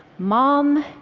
mom,